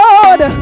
Lord